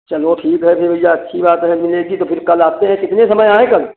चलो ठीक है फिर ये अच्छी बात है मिलेगी तो फिर कल आते हैं कितने समय आएँ कल